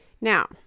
now